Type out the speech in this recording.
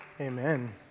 Amen